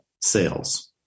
sales